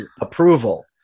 approval